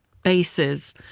bases